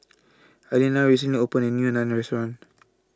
Aleena recently opened A New Naan Restaurant